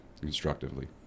constructively